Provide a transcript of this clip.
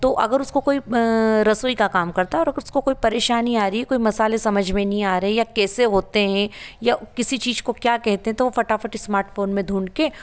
तो अगर उसको कोई रसोई का काम करता है अगर उसको कोई परेशानी आ रही है कोई मसाले समझ में नहीं आ रहे या कैसे होते हैं या किसी चीज को क्या कहते है फटाफट एस्मार्टफोन में ढूंढ कर